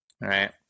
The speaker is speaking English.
right